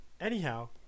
Anyhow